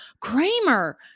Kramer